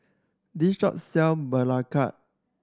this shop sell belacan